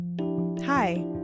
Hi